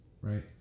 right